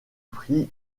prix